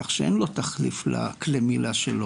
כך שאין לו תחליף לכלי מילה שלו.